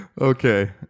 Okay